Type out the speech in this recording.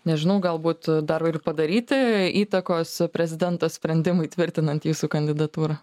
nežinau galbūt a dar ir padaryti įtakos prezidento sprendimui tvirtinant jūsų kandidatūrą